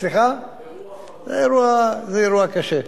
אירוע קשה,